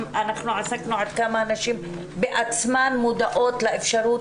עסקנו עד כמה נשים בעצמן מודעות לאפשרות